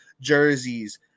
jerseys